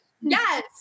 Yes